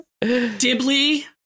Dibley